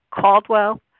Caldwell